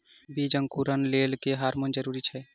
बीज अंकुरण लेल केँ हार्मोन जरूरी छै?